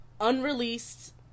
unreleased